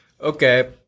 Okay